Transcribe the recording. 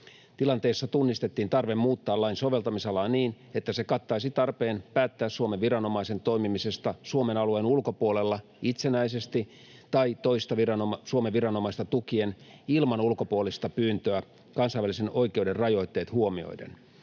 Tilanteessa tunnistettiin tarve muuttaa lain soveltamisalaa niin, että se kattaisi tarpeen päättää Suomen viranomaisen toimimisesta Suomen alueen ulkopuolella itsenäisesti tai toista Suomen viranomaista tukien ilman ulkopuolista pyyntöä kansainvälisen oikeuden rajoitteet huomioiden.